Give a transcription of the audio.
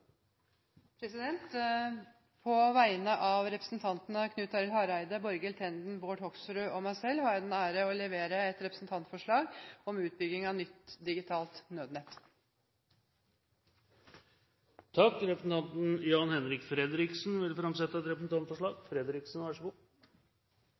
representantforslag. På vegne av representantene Knut Arild Hareide, Borghild Tenden, Bård Hoksrud og meg selv har jeg den ære å levere et representantforslag om utbygging av nytt digitalt nødnett. Representanten Jan-Henrik Fredriksen vil framsette et representantforslag.